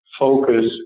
focus